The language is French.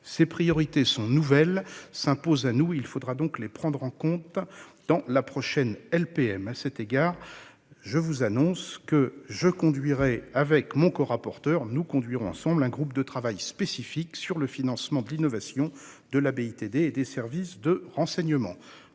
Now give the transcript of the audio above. Ces priorités sont nouvelles, et elles s'imposent à nous. Il faudra donc les prendre en compte dans la prochaine LPM. À cet égard, je vous annonce que je conduirai avec mon collègue rapporteur spécial un groupe de travail spécifique sur le financement de l'innovation, de la BITD et des services de renseignement.